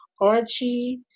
Archie